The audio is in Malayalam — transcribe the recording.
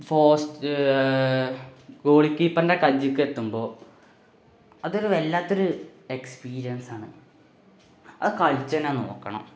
പോസ്റ്റ് ഗോളിക്കീപ്പറിൻ്റെ കയ്യിലേക്കെത്തുമ്പോൾ അതൊരു വല്ലാത്തൊരു എക്സ്പീരിയൻസാണ് അത് കളിച്ചുതന്നെ നോക്കണം